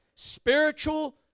Spiritual